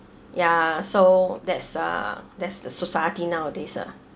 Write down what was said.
ya so that's uh that's the society nowadays ah